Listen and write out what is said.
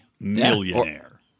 Millionaire